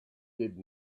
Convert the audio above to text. did